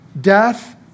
Death